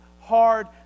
hard